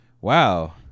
Wow